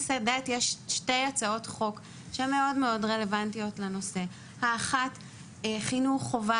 יש שתי הצעות חוק מאוד רלוונטיות לנושא: האחת חינוך חובה